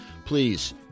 please